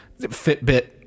Fitbit